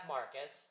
Marcus